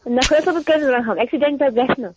نہ خۄدا صٲب حظ کَرِ رٔحم ایٚکسیڈنٹ حظ گَژھِ نہٕ